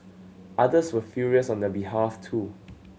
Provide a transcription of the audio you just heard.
others were furious on their behalf too